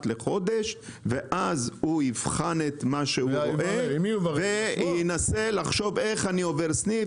לחודש ואז הוא יבחן את מה שהוא רואה וינסה לחשוב איך אני עובר סניף,